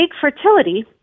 fertility